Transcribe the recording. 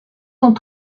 sont